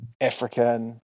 African